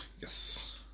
Yes